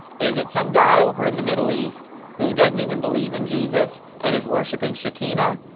is it some guy over in the middle east who doesn't even believe in jesus and is worshiping shekinah?